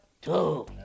two